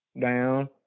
down